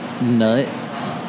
nuts